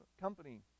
company